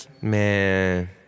Man